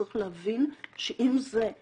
צריך להבין שהתרופות,